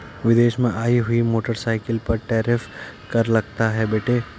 विदेश से आई हुई मोटरसाइकिल पर टैरिफ कर लगता है बेटे